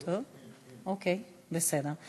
אוקיי, בסדר.